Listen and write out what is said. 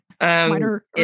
minor